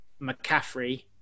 McCaffrey